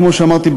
כמו שאמרתי,